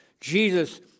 Jesus